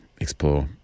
explore